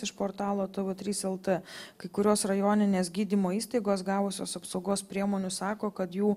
iš portalo tv trys lt kai kurios rajoninės gydymo įstaigos gavusios apsaugos priemonių sako kad jų